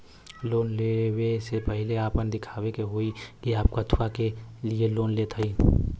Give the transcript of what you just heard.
Loan ले वे से पहिले आपन दिखावे के होई कि आप कथुआ के लिए लोन लेत हईन?